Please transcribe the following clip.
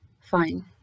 Fine